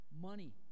Money